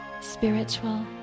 spiritual